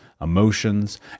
emotions